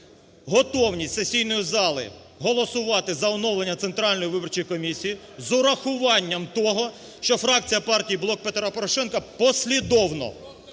готовність сесійної зали голосувати за оновлення Центральної виборчої комісії з урахуванням того, що фракція партії "Блоку Петра Порошенка" послідовно